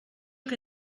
que